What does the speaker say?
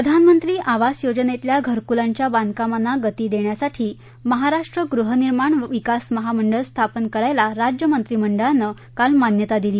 प्रधानमंत्री आवास योजनेतल्या घरकुलांच्या बांधकामांना गती देण्यासाठी महाराष्ट्र गृहनिर्माण विकास महामंडळ स्थापन करायला राज्य मंत्रिमंडळानं काल मान्यता दिली